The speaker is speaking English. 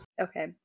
Okay